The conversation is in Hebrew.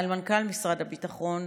על מנכ"ל משרד הביטחון,